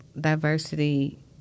diversity